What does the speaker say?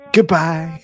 Goodbye